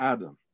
Adam